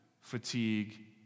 fatigue